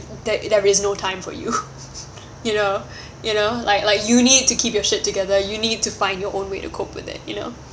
there there is no time for you you know you know like like you need to keep your shit together you need to find your own way to cope with it you know